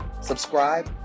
subscribe